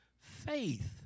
Faith